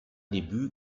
debüt